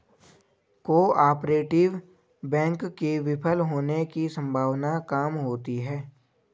cooperative bank के विफल होने की सम्भावना काम होती है